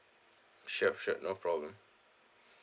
sure sure no problem